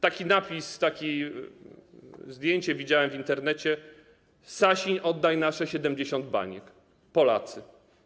Taki napis, takie zdjęcie widziałem w Internecie: „Sasin, oddaj nasze 70 baniek. Polacy”